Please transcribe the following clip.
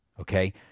okay